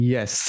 Yes